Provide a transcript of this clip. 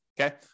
okay